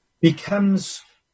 becomes